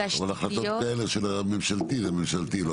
אבל החלטות כאלה של הממשלתי זה ממשלתי.